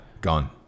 gone